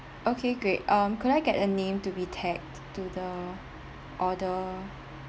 okay great um could I get a name to be tagged to the order